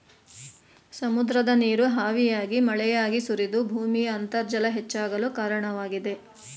ಸಮುದ್ರದ ನೀರು ಹಾವಿಯಾಗಿ ಮಳೆಯಾಗಿ ಸುರಿದು ಭೂಮಿಯ ಅಂತರ್ಜಲ ಹೆಚ್ಚಾಗಲು ಕಾರಣವಾಗಿದೆ